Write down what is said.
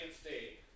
stay